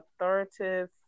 authoritative